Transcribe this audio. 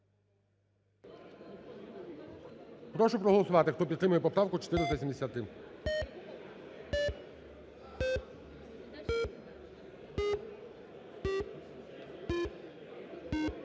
Прошу проголосувати, хто підтримує поправку 473.